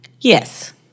Yes